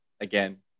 Again